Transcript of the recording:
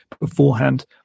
beforehand